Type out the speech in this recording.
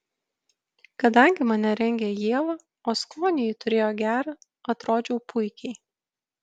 kadangi mane rengė ieva o skonį ji turėjo gerą atrodžiau puikiai